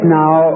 now